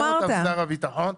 ויאשר אותן שר הביטחון,